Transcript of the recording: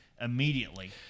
immediately